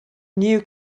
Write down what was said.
new